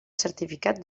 certificats